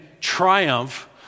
triumph